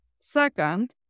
Second